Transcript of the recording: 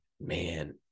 man